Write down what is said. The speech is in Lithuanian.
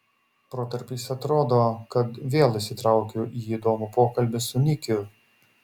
protarpiais atrodo kad vėl įsitraukiu į įdomų pokalbį su nikiu